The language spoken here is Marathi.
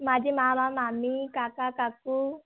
माझी मामा मामी काका काकू